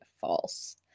false